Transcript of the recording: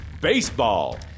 Baseball